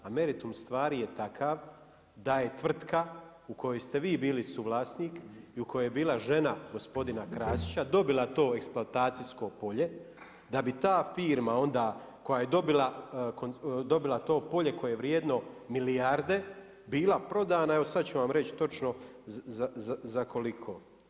A meritum stvari je takav da je tvrtka u kojoj ste vi bili suvlasnik, i u kojoj je bila žena gospodina Krasića dobila to eksploatacijsko polje, da bi ta firma onda koje dobila to polje koje je vrijedno milijarde bila prodana, evo sad ću vam reći točno za koliko.